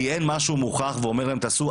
כי אין משהו מוכח שמצליח.